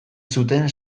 zuten